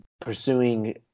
pursuing